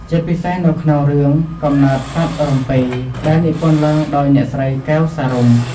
ជាពិសេសនៅក្នុងរឿង កំណើតសត្វរំពេ ដែលនិពន្ធឡើងដោយអ្នកស្រី កែវ សារុំ។